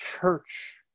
church